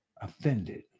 offended